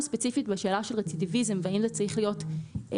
ספציפית בשאלה של רצידביזם והאם זה צריך להיות אוטומטית,